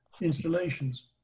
installations